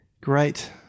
Great